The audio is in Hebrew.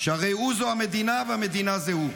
שהרי הוא זה המדינה והמדינה זה הוא.